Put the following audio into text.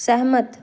ਸਹਿਮਤ